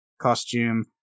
costume